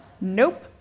Nope